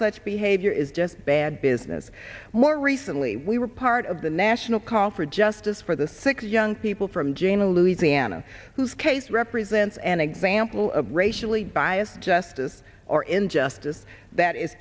such behavior is just bad business more recently we were part of the national call for justice for the six young people from jena louisiana whose case represents an example of a racially biased justice or injustice that is